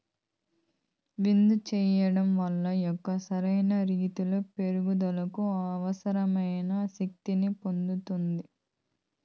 బిందు సేద్యం వలన మొక్క సరైన రీతీలో పెరుగుదలకు అవసరమైన శక్తి ని పొందుతాది